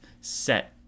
set